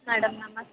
madam నమస్తే